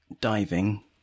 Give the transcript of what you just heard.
diving